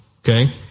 Okay